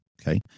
okay